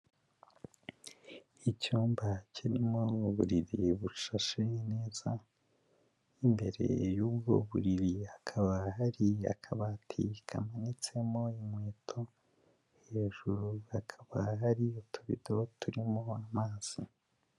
Icyumba kirimo uburiri bushashe neza, imbere y'ubwo buriri hakaba hari akabati kamanitsemo inkweto, hejuru hakaba hari utubido turimo amazi.